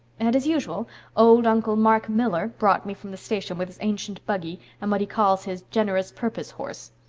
and as usual old uncle mark miller brought me from the station with his ancient buggy and what he calls his generous purpose horse.